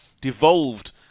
devolved